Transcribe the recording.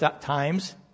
times